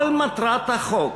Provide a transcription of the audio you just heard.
כל מטרת החוק